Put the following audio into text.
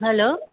hello